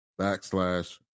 backslash